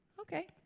okay